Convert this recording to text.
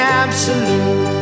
absolute